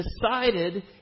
decided